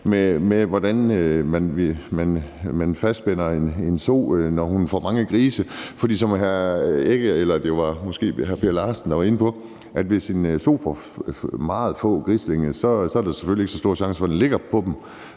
med, hvordan man fastspænder en so, når hun får mange grise. For som hr. Per Larsen var inde på, er det sådan, at hvis en so får meget få grislinger, er der selvfølgelig ikke så stor risiko for, at den lægger sig på dem,